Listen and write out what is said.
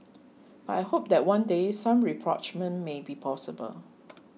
but I hope that one day some rapprochement may be possible